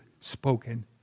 spoken